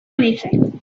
anything